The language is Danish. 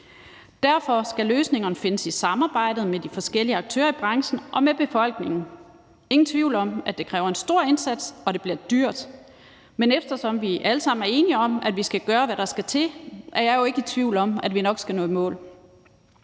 Derfor skal løsningerne findes i samarbejdet med de forskellige aktører i branchen og med befolkningen. Der er ingen tvivl om, at det kræver en stor indsats, og at det bliver dyrt, men eftersom vi alle sammen er enige om, at vi skal gøre, hvad der skal til, er jeg jo ikke i tvivl om, at vi nok skal nå i mål.